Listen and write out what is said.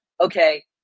okay